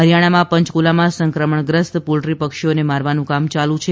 હરિયાણામાં પંચકૂલામાં સંક્રમણગ્રસ્ત પોલ્ટ્રી પક્ષીઓને મારવાનું કામ યાલુ છે